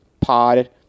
pod